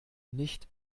nicht